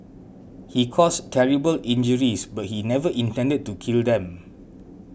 he caused terrible injuries but he never intended to kill them